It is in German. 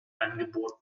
angeboten